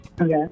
Okay